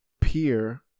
peer